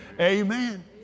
Amen